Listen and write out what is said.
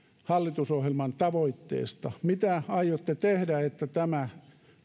hallitusohjelman tavoitteesta mitä aiotte tehdä että tämä